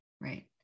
Right